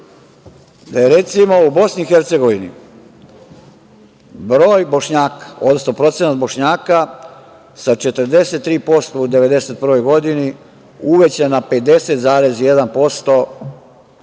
da je, recimo, u BiH broj Bošnjaka, odnosno procenat Bošnjaka sa 43% u 1991. godini uvećan na 50,1%